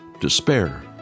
despair